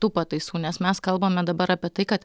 tų pataisų nes mes kalbame dabar apie tai kad